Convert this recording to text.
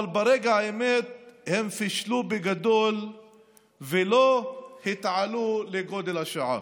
אבל ברגע האמת הם פישלו בגדול ולא התעלו לגודל השעה.